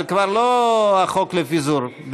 זה כבר לא החוק לפיזור,